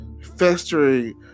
festering